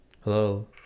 hello